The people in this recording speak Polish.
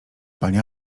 panie